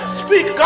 speak